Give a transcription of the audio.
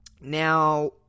Now